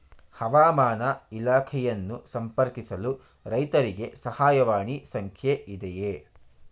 ಹವಾಮಾನ ಇಲಾಖೆಯನ್ನು ಸಂಪರ್ಕಿಸಲು ರೈತರಿಗೆ ಸಹಾಯವಾಣಿ ಸಂಖ್ಯೆ ಇದೆಯೇ?